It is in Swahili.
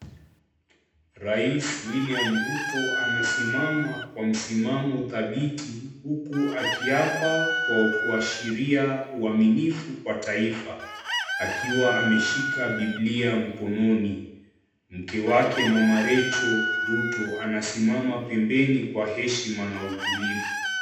Rais William Ruto anasimana kwa msimamo dhabiti, huku akiapa kwa kuashiria uaminifu kwa taifa. Akiwa ameshika Bibilia mkononi, mke wake Mama Rachel Ruto anasimama pembeni kwa heshima na utulivu.